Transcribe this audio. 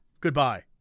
Goodbye